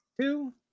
two